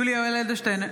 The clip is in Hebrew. (קוראת בשמות חברי הכנסת) יולי יואל אדלשטיין,